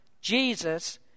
Jesus